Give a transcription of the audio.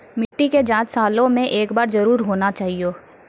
मिट्टी के जाँच सालों मे एक बार जरूर होना चाहियो?